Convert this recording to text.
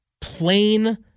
plain